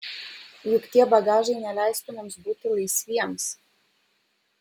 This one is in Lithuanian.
juk tie bagažai neleistų mums būti laisviems